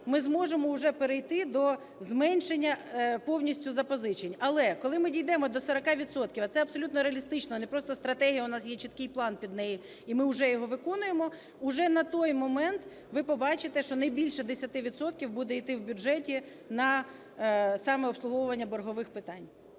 ми зможемо уже перейти до зменшення повністю запозичень. Але коли ми дійдемо до 40 відсотків, а це абсолютно реалістична, не просто стратегія, у нас є чіткий план під неї і ми уже його виконуємо, уже на той момент ви побачите, що не більше 10 відсотків буде йти в бюджеті на саме обслуговування боргових питань.